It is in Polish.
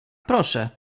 proszę